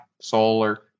solar